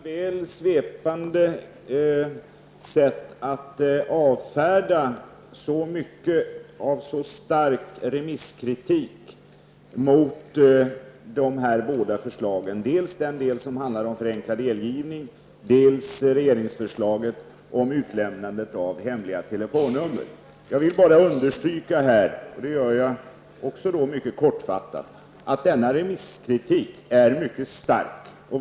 Herr talman! Det är klart att det är en fördel med ett kortfattat inlägg så här dags. Jag tyckte dock att det var ett väl sväpande sätt att avfärda så mycket av så stark remisskritik mot dessa båda förslag. Det gäller dels förenklad delgivning, dels regeringsförslaget om utlämnande av hemliga telefonnummer. Jag vill bara understryka -- det gör jag också mycket kortfattat -- att remisskritiken är mycket stark.